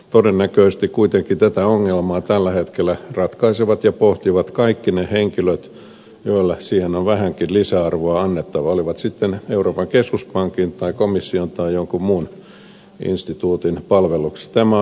todennäköisesti kuitenkin tätä ongelmaa tällä hetkellä ratkaisevat ja pohtivat kaikki ne henkilöt joilla siihen on vähänkin lisäarvoa annettavana olivat sitten euroopan keskuspankin tai komission tai jonkun muun instituutin palveluksessa